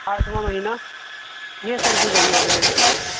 آٹھواں مہینہ یہ سر جو گئی ہے ابھی لیٹ